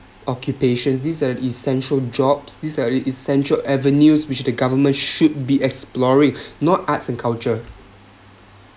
occupations these are the essential jobs these are the essential avenues which should the government should be exploring not arts and culture